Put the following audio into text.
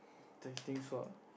don't think so ah